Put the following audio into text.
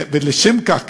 ולשם כך,